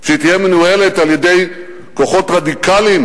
שהיא תהיה מנוהלת על-ידי כוחות רדיקליים